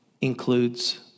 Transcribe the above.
includes